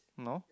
no